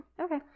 Okay